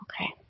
Okay